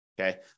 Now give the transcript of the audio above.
Okay